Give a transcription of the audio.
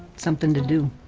something to do,